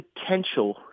potential